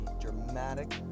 dramatic